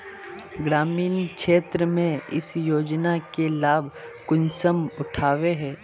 ग्रामीण क्षेत्र में इस योजना के लाभ कुंसम उठावे है?